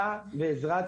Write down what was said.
שנעשה בעזרת